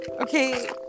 Okay